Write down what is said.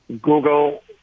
google